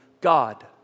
God